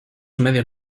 medios